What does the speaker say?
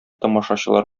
тамашачылар